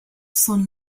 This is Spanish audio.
son